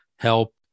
help